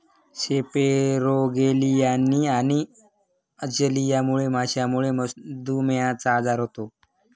सेपेरोगेलियानिया आणि अचलियामुळे माशांमध्ये मधुमेहचा आजार होतो